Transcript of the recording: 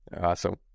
Awesome